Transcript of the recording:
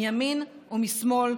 מימין ומשמאל,